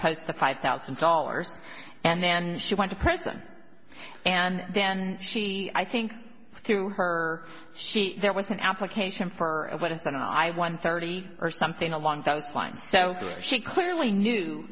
post the five thousand dollars and then she went to prison and then she i think threw her sheet there with an application for what if then i won thirty or something along those lines so she clearly knew